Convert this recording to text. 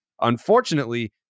Unfortunately